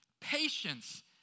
patience